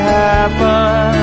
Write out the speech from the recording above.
happen